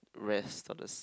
rest on the s~